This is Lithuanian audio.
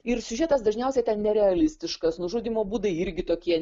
ir siužetas dažniausiai ten nerealistiškas nužudymo būdai irgi tokie